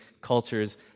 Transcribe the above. cultures